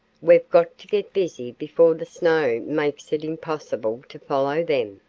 we've got to get busy before the snow makes it impossible to follow them.